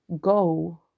go